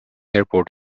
airport